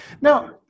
now